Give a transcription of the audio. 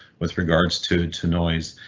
with regards to to noise,